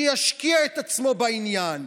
שישקיע את עצמו בעניין,